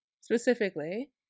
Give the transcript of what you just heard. specifically